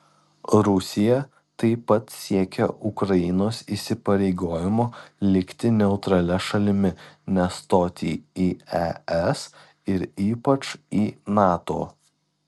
rusija taip pat siekia ukrainos įsipareigojimo likti neutralia šalimi nestoti į es ir ypač į nato